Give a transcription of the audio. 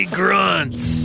grunts